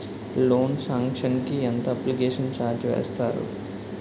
Loan sanction కి ఎంత application charge వేస్తారు?